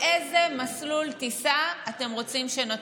באיזה מסלול טיסה אתם רוצים שנטוס?